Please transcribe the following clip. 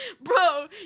bro